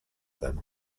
them